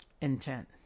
Intent